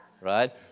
right